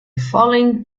fallen